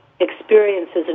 experiences